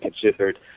considered